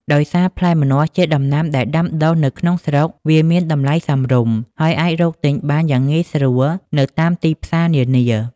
ដោយសារផ្លែម្នាស់ជាដំណាំដែលដាំដុះនៅក្នុងស្រុក វាមានតម្លៃសមរម្យ ហើយអាចរកទិញបានយ៉ាងងាយស្រួលនៅតាមទីផ្សារនានា។